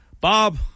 Bob